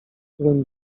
którym